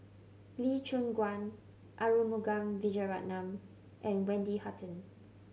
Lee Choon Guan Arumugam Vijiaratnam and Wendy Hutton